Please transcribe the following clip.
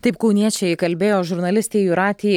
taip kauniečiai kalbėjo žurnalistei jūratei